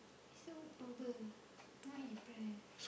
so October no need to pray